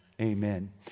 amen